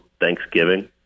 Thanksgiving